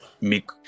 make